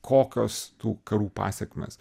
kokios tų karų pasekmės